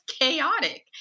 chaotic